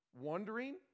wondering